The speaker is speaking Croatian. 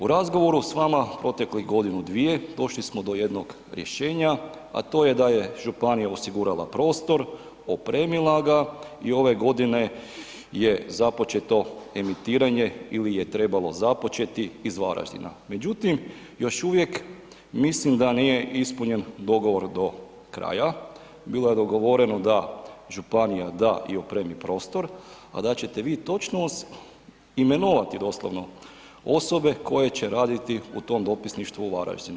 U razgovoru s vama proteklih godinu, dvije, došli smo do jednog rješenja a to je da je županija osigurala prostor, opremila i ove godine je započeto emitiranje ili je trebalo započeti iz Varaždina međutim još uvijek mislim da nije ispunjen dogovor do kraja, bilo je dogovoreno da županija da i opremi prostor a da ćete vi točno imenovati doslovno osobe koje će raditi u tom dopisništvu u Varaždinu.